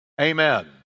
Amen